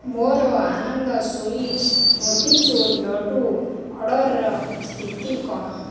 ମୋର ଆନନ୍ଦ ସୁଇଟ୍ସ ମୋତିଚୁର୍ ଲଡ଼ୁ ଅର୍ଡ଼ର୍ର ସ୍ଥିତି କ'ଣ